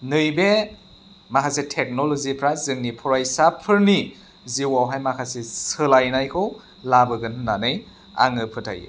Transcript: नैबे माखासे टेक्न'ल'जिफ्रा जोंनि फरायसाफोरनि जिउआवहाय माखासे सोलायनायखौ लाबोगोन होननानै आङो फोथायो